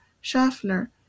Schaffner